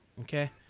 Okay